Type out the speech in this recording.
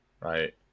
Right